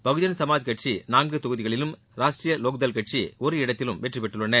பகுஜன் சமாஜ் கட்சி நான்கு தொகுதிகளிலும் ராஷ்ட்ரிய லோக் தள் கட்சி ஒரு இடத்திலும் வெற்றி பெற்றுள்ளன